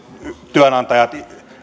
työnantajat